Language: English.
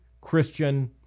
Christian